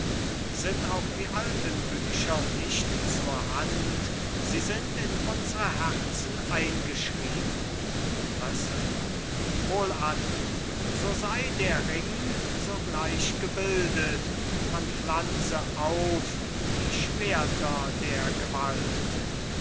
sind auch die alten bücher nicht zur hand sie sind in unsre herzen eingeschrieben rösselmann wohlan so sei der ring sogleich gebildet man pflanze auf die schwerter der gewalt